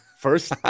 First